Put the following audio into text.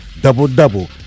double-double